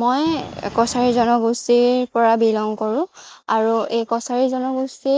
মই কছাৰী জনগোষ্ঠীৰ পৰা বিলং কৰোঁ আৰু এই কছাৰী জনগোষ্ঠী